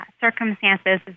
circumstances